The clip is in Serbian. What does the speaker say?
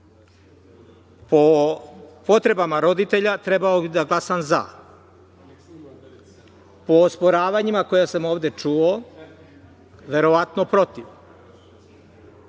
Po potrebama roditelja, trebalo bi da glasam za. Po osporavanjima koja sam ovde čuo, verovatno protiv.